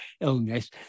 illness